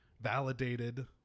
validated